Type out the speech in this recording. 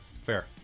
Fair